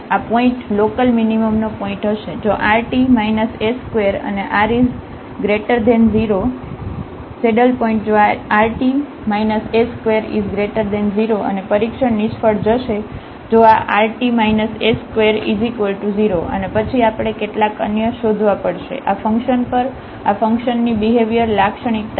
આ પોઇન્ટ લોકલમીનીમમનો પોઇન્ટ હશે જોrt s2 અને r 0 સેડલ પોઇન્ટ જો આ rt s20અને પરીક્ષણ નિષ્ફળ જશે જો આ rt s20અને પછી આપણે કેટલાક અન્ય શોધવા પડશે આ ફંકશન પર આ ફંકશનની બિહેવ્યર લાક્ષણિકતા બનાવવાની રીતો p ab